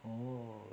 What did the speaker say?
oh